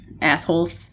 assholes